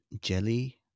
Jelly